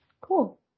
Cool